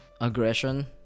aggression